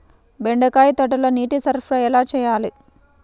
బెండకాయ తోటలో నీటి సరఫరా ఎలా చేయాలి?